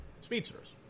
Speedsters